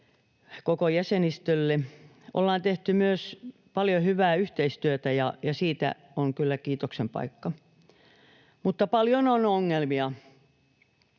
koko jäsenistölle. Ollaan myös tehty paljon hyvää yhteistyötä, ja siinä on kyllä kiitoksen paikka. Mutta paljon on ongelmia.